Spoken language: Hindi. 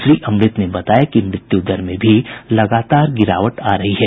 श्री अमृत ने बताया कि मृत्यु दर में भी लगातार गिरावट आ रही है